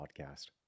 podcast